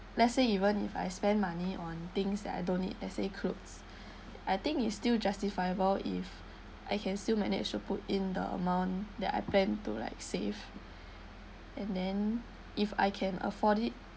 let's say even if I spend money on things that I don't need let's say clothes I think is still justifiable if I can still manage to put in the amount that I plan to like save and then if I can afford it